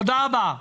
תודה רבה.